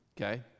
okay